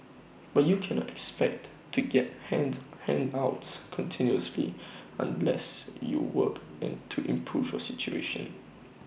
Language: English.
but you cannot expect to get hands handouts continuously unless you work and to improve your situation